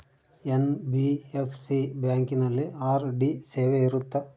NBFC ಬ್ಯಾಂಕಿನಲ್ಲಿ RD ಸೇವೆ ಇರುತ್ತಾ?